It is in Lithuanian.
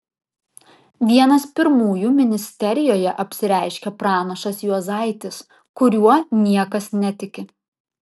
vienas pirmųjų ministerijoje apsireiškia pranašas juozaitis kuriuo niekas netiki